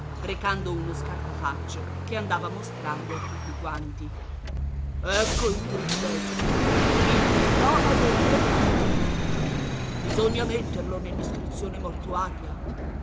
recando uno scartafaccio che andava mostrando a tutti quanti ecco il privilegio il diploma del re martino bisogna metterlo nell'iscrizione mortuaria